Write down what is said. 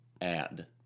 Add